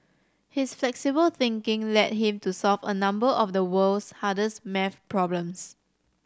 his flexible thinking led him to solve a number of the world's hardest maths problems